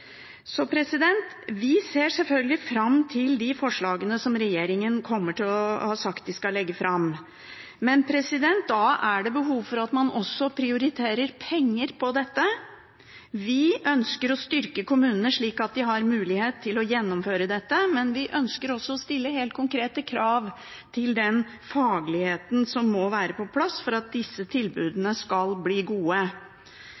Vi ser selvfølgelig fram til de forslagene som regjeringen har sagt at de skal legge fram. Men det er behov for at man også prioriterer penger til dette. Vi ønsker å styrke kommunene, slik at de har mulighet til å gjennomføre dette, men vi ønsker også å stille helt konkrete krav til fagligheten som må være på plass for at disse